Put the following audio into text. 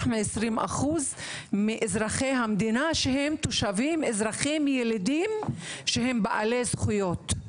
מ-20% מאזרחי המדינה שהם תושבים אזרחים ילידים שהם בעלי זכויות.